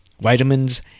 vitamins